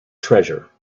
treasure